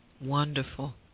Wonderful